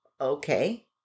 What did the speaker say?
okay